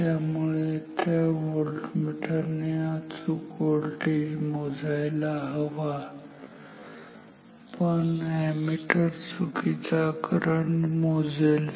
त्यामुळे त्या व्होल्टमीटर ने अचूक व्होल्टेज मोजायला हवा पण एमीटर चुकीचा करंट मोजेल